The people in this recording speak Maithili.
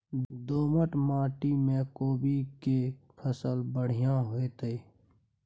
दोमट माटी में कोबी के फसल बढ़ीया होतय?